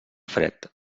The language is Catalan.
fred